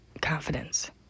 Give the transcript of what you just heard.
confidence